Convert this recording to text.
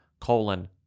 colon